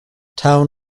town